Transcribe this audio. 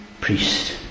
priest